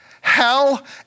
hell